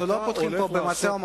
אנחנו לא פותחים פה במשא-ומתן.